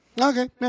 Okay